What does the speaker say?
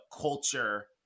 culture